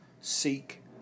seek